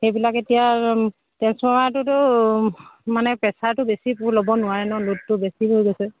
সেইবিলাক এতিয়া ট্ৰেঞ্চফৰ্মাৰটোতো মানে প্ৰেছাৰটো বেছি ল'ব নোৱাৰে ন লোডটো বেছি হৈ গৈছে